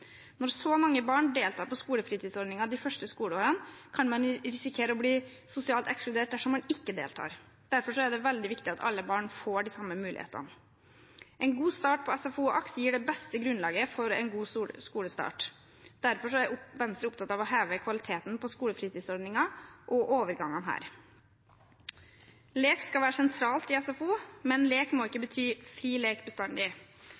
Når så mange barn deltar på skolefritidsordningen de første skoleårene, kan man risikere å bli sosialt ekskludert dersom man ikke deltar. Derfor er det veldig viktig at alle barn får de samme mulighetene. En god start på SFO og AKS gir det beste grunnlaget for en god skolestart. Derfor er Venstre opptatt av å heve kvaliteten på skolefritidsordningen og overgangen her. Lek skal være sentralt i SFO, men lek må ikke bety fri lek bestandig.